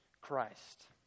Christ